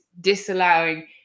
disallowing